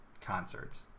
concerts